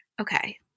Okay